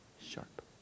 Sharp